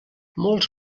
molts